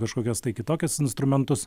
kažkokias tai kitokias instrumentus